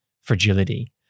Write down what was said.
fragility